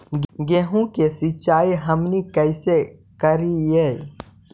गेहूं के सिंचाई हमनि कैसे कारियय?